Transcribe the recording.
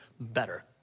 better